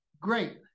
Great